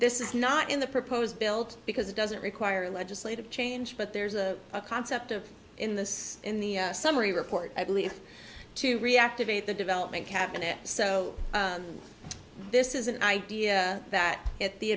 this is not in the proposed build because it doesn't require legislative change but there's a concept in this in the summary report i believe to reactivate the development cabinet so this is an idea that at the